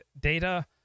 data